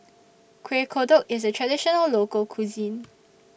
Kueh Kodok IS A Traditional Local Cuisine